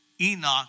Enoch